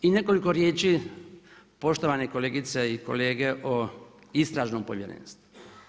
I nekoliko riječi poštovane kolegice i kolege o istražnom povjerenstvu.